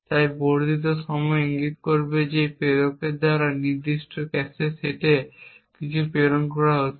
তাই বর্ধিত সময় ইঙ্গিত করবে যে প্রেরকের দ্বারা নির্দিষ্ট ক্যাশে সেটে কিছু প্রেরণ করা হচ্ছে